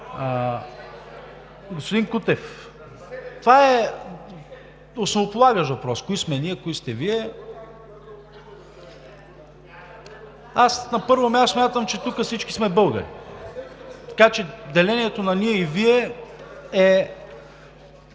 Господин Кутев, това е основополагащ въпрос – кои сме ние, кои сте Вие? На първо място, смятам, че всички сме българи, така че деленето на „ние“ и „Вие“ е